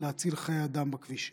להציל חיי אדם בכבישים.